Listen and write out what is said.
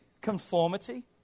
Conformity